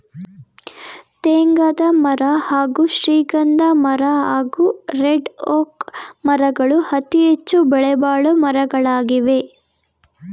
ತೇಗದಮರ ಹಾಗೂ ಶ್ರೀಗಂಧಮರ ಹಾಗೂ ರೆಡ್ಒಕ್ ಮರಗಳು ಅತಿಹೆಚ್ಚು ಬೆಲೆಬಾಳೊ ಮರಗಳಾಗವೆ